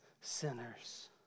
sinners